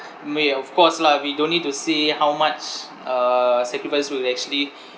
may of course lah we don't need to say how much uh sacrifices we've actually